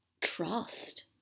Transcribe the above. trust